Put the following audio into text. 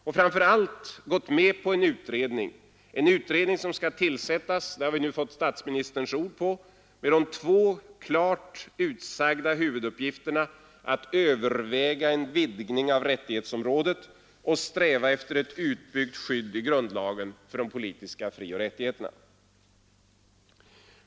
Och framför allt gått med på att en utredning skall tillsättas det har vi nu fått statsministerns ord på med de två klart utsagda huvuduppgifterna att överväga en vidgning av rättighetsområdet och att sträva efter ett utbyggt skydd i grundlagen för de politiska frioch rättigheterna.